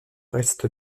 reste